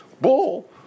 Bull